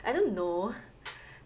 I don't know